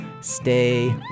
Stay